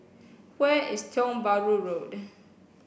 where is Tiong Bahru Road